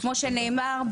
כמו שנאמר,